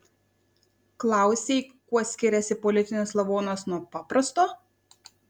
klausei kuo skiriasi politinis lavonas nuo paprasto